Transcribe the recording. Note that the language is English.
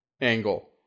Angle